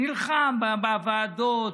נלחם בוועדות,